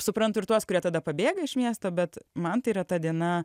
suprantu ir tuos kurie tada pabėga iš miesto bet man tai yra ta diena